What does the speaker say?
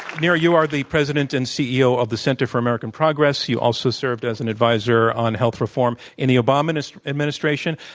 neera, you are the president and ceo of the center for american progress. you also served as an advisor on health reform in the obama administration.